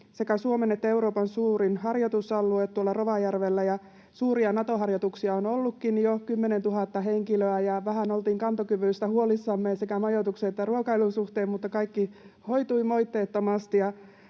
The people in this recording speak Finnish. sekä Suomen että Euroopan suurin harjoitusalue tuolla Rovajärvellä. Suuria Nato-harjoituksia on ollutkin jo, 10 000 henkilöä, ja vähän oltiin kantokyvystä huolissamme sekä majoituksen ja ruokailun suhteen, mutta kaikki hoitui moitteettomasti.